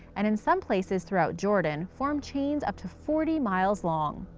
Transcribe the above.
and in some places throughout jordan, form chains up to forty miles long.